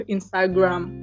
Instagram